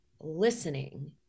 listening